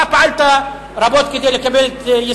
אתה פעלת רבות כדי שישראל תתקבל ל-OECD.